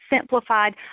simplified